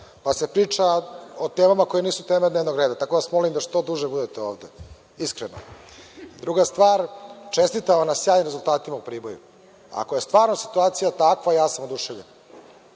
pa se priča o temama koje nisu tema dnevnog reda. Tako da vas molim da što duže budete ovde, iskreno. Druga stvar, čestitam vam na sjajnim rezultatima u Priboju. Ako je stvarno situacija takva, ja sam oduševljen.